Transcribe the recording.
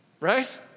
Right